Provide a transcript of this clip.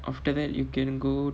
after that you can go